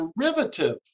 derivative